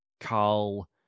Carl